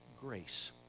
Grace